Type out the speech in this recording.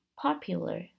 popular